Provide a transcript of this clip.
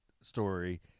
story